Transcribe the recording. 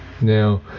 Now